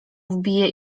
wbiję